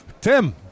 Tim